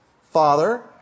Father